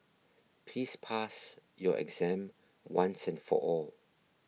please pass your exam once and for all